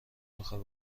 میخوای